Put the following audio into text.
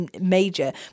major